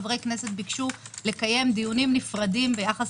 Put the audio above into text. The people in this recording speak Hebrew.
חברי כנסת ביקשו לקיים דיונים שונים ביחס